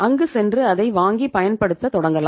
அங்கு சென்று அதை வாங்கி பயன்படுத்த தொடங்கலாம்